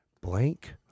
Blank